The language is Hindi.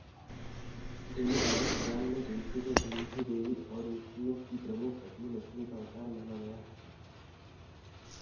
देवी भागवत पुराण में तुलसी को धन की देवी और विष्णु की प्रमुख पत्नी लक्ष्मी का अवतार माना गया है